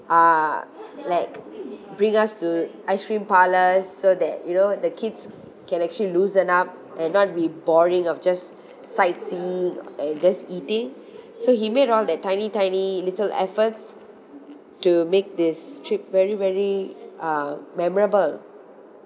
uh like bring us to ice cream parlours so that you know the kids can actually loosen up and not be boring of just sightseeing and just eating so he made all that tiny tiny little efforts to make this trip very very uh memorable